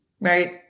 right